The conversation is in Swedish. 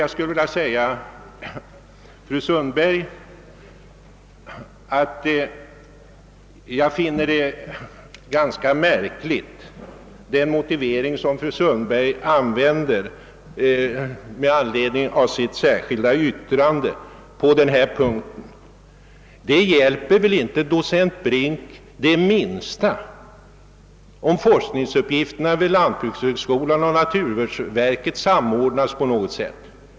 Jag skulle vilja säga fru Sundberg, att jag finner den motivering som hon anförde för sitt särskilda yttrande vara ganska märklig. Det hjälper väl inte docent Brink det minsta, om forskningsuppgifterna vid lantbrukshögskolan och naturvårdsverket samordnas på något sätt.